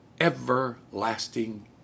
everlasting